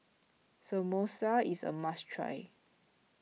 Samosa is a must try